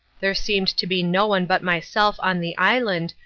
there seemed to be no one but myself on the island,